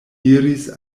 diris